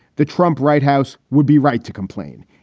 the trump right house would be right to complain.